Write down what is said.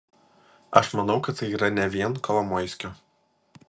aš manau kad tai yra ne vien kolomoiskio